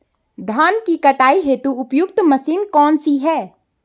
धान की कटाई हेतु उपयुक्त मशीन कौनसी है?